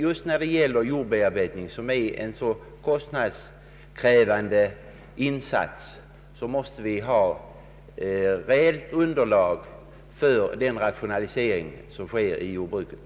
Just jordbearbetningen är kostnadskrävande, och det måste finnas underlag för den rationalisering som sker i jordbruket.